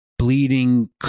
Bleeding